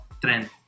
trend